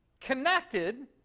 connected